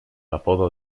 apodo